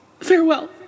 Farewell